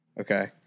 Okay